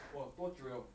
orh 多久 liao